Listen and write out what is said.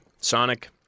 Sonic